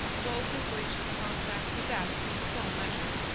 both of which frontenac possessed in full measure,